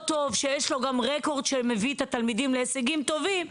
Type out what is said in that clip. מאוד טוב שיש לו גם רקורד שמביא את התלמידים להישגים טובים,